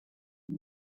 der